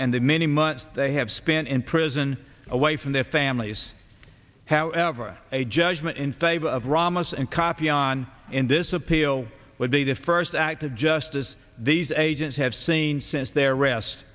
and the many months they have spent in prison away from their families however a judgment in favor of ramos and copy on in this appeal would be the first act of justice these agents have seen since their arrest